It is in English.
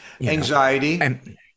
anxiety